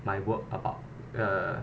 my work about uh